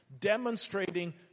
demonstrating